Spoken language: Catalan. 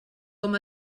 com